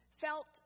felt